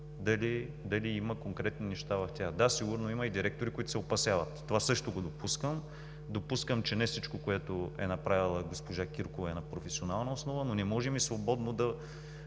дали има конкретни неща в тях. Да, сигурно има и директори, които се опасяват. Това също го допускам. Допускам, че не всичко, което е направила госпожа Киркова, е на професионална основа, но не можем свободно,